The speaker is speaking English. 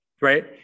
right